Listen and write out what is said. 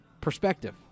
perspective